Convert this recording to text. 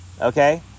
Okay